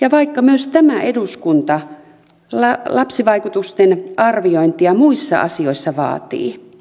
ja vaikka myös tämä eduskunta lapsivaikutusten arviointia muissa asioissa vaatii